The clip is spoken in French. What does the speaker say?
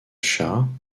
chats